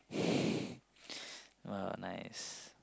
!wow! nice